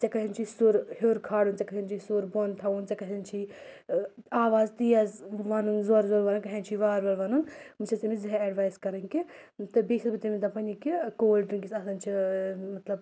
ژےٚ کَتٮ۪ن چھُے سُر ہیوٚر کھالُن ژےٚ چھُے سُر بۄن تھاوُن ژےٚ کَتٮ۪ن چھُے آواز تیز وَنُن زورٕ زورٕ وَنُن کَتٮ۪ن چھُے وارٕ وارٕ وَنُن بہٕ چھَس تٔمِس زِہے اٮ۪ڈوایِس کَران کہِ تہٕ بیٚیہِ چھَس بہٕ تٔمِس دَپان یہِ کہِ کولڈ ڈرٛنٛکٕس آسان چھِ مطلب